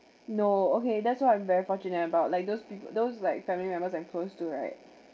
no okay that's what I'm very fortunate about like those people those like family members I'm close to right